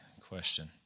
question